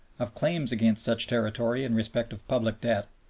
of claims against such territory in respect of public debt,